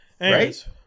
Right